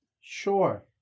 Sure